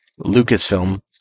Lucasfilm